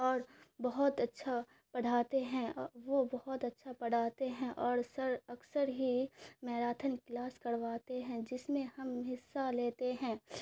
اور بہت اچھا پڑھاتے ہیں وہ بہت اچھا پڑھاتے ہیں اور سر اکثر ہی میراتھن کلاس کرواتے ہیں جس میں ہم حصہ لیتے ہیں